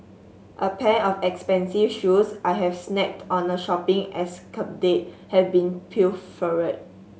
a pair of expensive shoes I had snagged on a shopping escapade had been pilfered